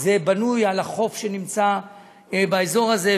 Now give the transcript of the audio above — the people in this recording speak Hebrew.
בנוי על החוף שנמצא באזור הזה,